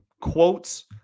quotes